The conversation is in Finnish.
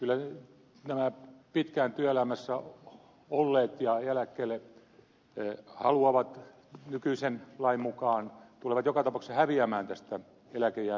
kyllä nämä pitkään työelämässä olleet ja eläkkeelle haluavat nykyisen lain mukaan tulevat joka tapauksessa häviämään tässä eläkeiän nostossa